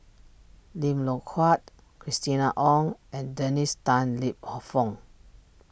Lim Loh Huat Christina Ong and Dennis Tan Lip Fong